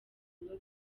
biba